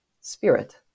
spirit